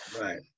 Right